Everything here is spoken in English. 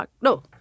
no